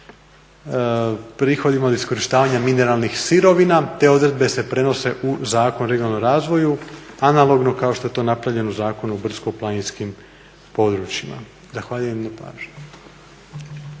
prihodima od iskorištavanja mineralnih sirovina. Te odredbe se prenose u Zakon o regionalnom razvoju analogno kao što je to napravljeno u Zakonu o brdsko-planinskim područjima. Zahvaljujem na pažnji.